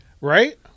right